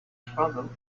travel